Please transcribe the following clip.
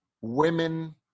women